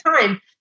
time